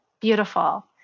beautiful